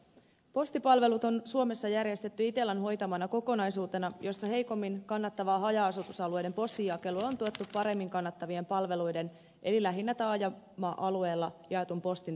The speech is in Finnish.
postipalvelut on suomessa järjestetty itellan hoitamana kokonaisuutena jossa heikommin kannattavaa haja asutusalueiden postinjakelua on tuettu paremmin kannattavien palveluiden eli lähinnä taajama alueella jaetun postin tuotoilla